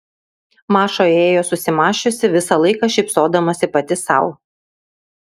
maša ėjo susimąsčiusi visą laiką šypsodamasi pati sau